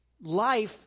life